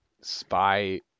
spy